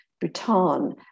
Bhutan